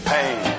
Pain